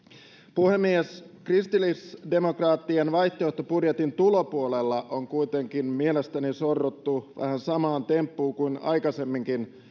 puhemies kristillisdemokraattien vaihtoehtobudjetin tulopuolella on kuitenkin mielestäni sorruttu vähän samaan temppuun kuin aikaisemminkin